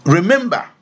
Remember